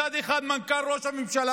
מצד אחד מנכ"ל ראש הממשלה,